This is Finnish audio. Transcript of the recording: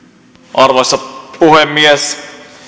arvoisa puhemies